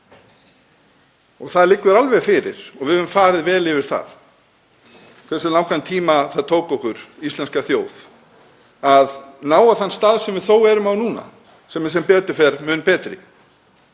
Það liggur alveg fyrir og við höfum farið vel yfir það hversu langan tíma það tók okkur, íslenska þjóð, að ná á þann stað sem við þó erum á núna sem er sem betur fer mun betri.